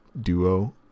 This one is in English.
duo